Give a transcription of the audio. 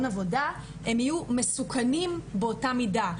עבודה הם יהיו מסוכנים באותה מידה.